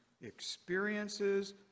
experiences